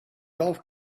golf